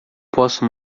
posso